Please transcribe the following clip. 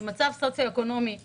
עם מצב סוציו-אקונומי 1,